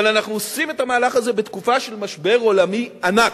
אבל אנחנו עושים את המהלך הזה בתקופה של משבר עולמי ענק,